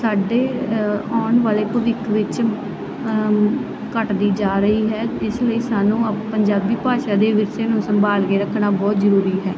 ਸਾਡੇ ਆਉਣ ਵਾਲੇ ਭਵਿੱਖ ਵਿੱਚ ਘੱਟਦੀ ਜਾ ਰਹੀ ਹੈ ਇਸ ਲਈ ਸਾਨੂੰ ਪੰਜਾਬੀ ਭਾਸ਼ਾ ਦੇ ਵਿਰਸੇ ਨੂੰ ਸੰਭਾਲ ਕੇ ਰੱਖਣਾ ਬਹੁਤ ਜ਼ਰੂਰੀ ਹੈ